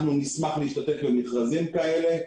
נשמח להשתתף במכרזם כאלה.